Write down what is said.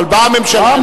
אבל באה הממשלה,